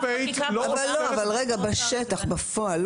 בפועל,